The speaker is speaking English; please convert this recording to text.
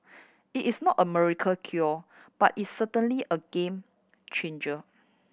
it is no America cure but it's certainly a game changer